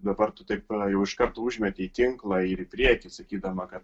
dabar tu taip jau iš karto užmeti tinklą ir į priekį sakydama kad